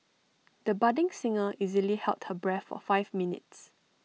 the budding singer easily held her breath for five minutes